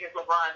LeBron